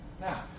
Now